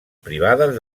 privades